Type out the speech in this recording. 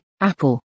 Apple